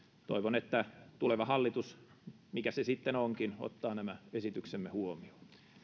toivon että tuleva hallitus mikä se sitten onkin ottaa nämä esityksemme huomioon